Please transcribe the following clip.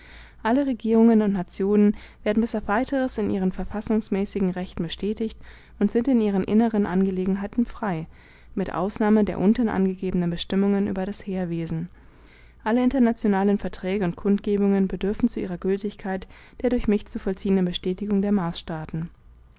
alle regierungen und nationen werden bis auf weiteres in ihren verfassungsmäßigen rechten bestätigt und sind in ihren inneren angelegenheiten frei mit ausnahme der unten angegebenen bestimmung über das heerwesen alle internationalen verträge und kundgebungen bedürfen zu ihrer gültigkeit der durch mich zu vollziehenden bestätigung der